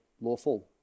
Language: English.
lawful